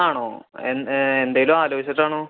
ആണോ എന്ന് എന്തേലും ആലോചിച്ചിട്ടാണോ